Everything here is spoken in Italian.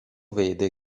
vede